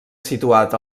situat